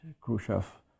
Khrushchev